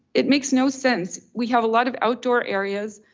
it makes no sense. we have a lot of outdoor areas.